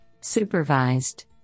supervised